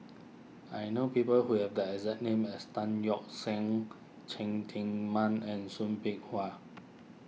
I know people who have the exact name as Tan Yeok Seong Cheng Tsang Man and Soo Bin Chua